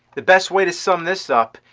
the best way to sum this up,